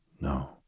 No